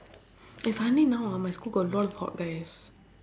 eh suddenly now ah my school got a lot of hot guys